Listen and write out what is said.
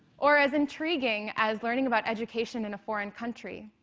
or as intriguing as learning about education in a foreign country,